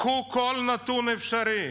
קחו כל נתון אפשרי.